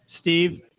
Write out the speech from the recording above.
Steve